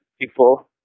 people